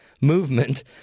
movement